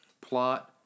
Plot